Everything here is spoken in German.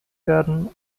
werden